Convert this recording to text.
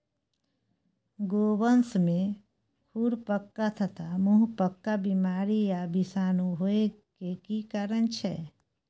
गोवंश में खुरपका तथा मुंहपका बीमारी आ विषाणु होय के की कारण छै?